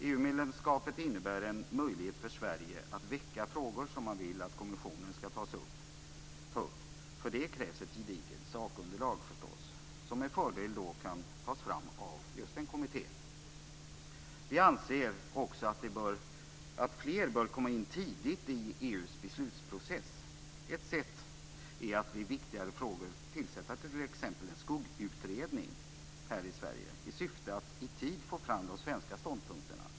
EU-medlemskapet innebär en möjlighet för Sverige att väcka frågor som man vill att kommissionen skall ta upp. För det krävs förstås ett gediget sakunderlag, som med fördel kan tas fram av just en kommitté. Vi anser också att fler bör komma in tidigt i EU:s beslutsprocess. Ett sätt är att vid viktigare frågor tillsätta t.ex. en "skuggutredning" här i Sverige, i syfte att i tid få fram de svenska ståndpunkterna.